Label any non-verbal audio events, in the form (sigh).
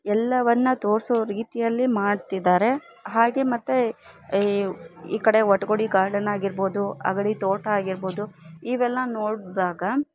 ಎಲ್ಲವನ್ನ ತೋರ್ಸೋ ರೀತಿಯಲ್ಲಿ ಮಾಡ್ತಿದ್ದಾರೆ ಹಾಗೆ ಮತ್ತೆ (unintelligible) ಈ ಕಡೆ ಒಟ್ಗೂಡಿ ಗಾರ್ಡನ್ ಆಗಿರ್ಬೋದು ಅಗಡಿ ತೋಟ ಆಗಿರ್ಬೋದು ಇವೆಲ್ಲ ನೋಡ್ದಾಗ